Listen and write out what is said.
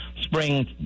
spring